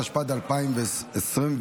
התשפ"ד 2024,